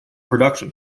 production